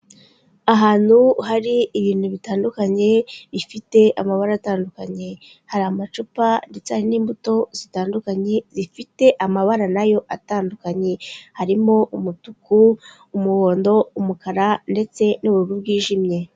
Ahantu hari ibintu bitandukanye bifite amabara atandukanye. Hari amacupa ndetse n'imbuto zitandukanye zifite amabara na yo atandukanye. Harimo umutuku, umuhondo, umukara ndetse n'ubururu bwijimye.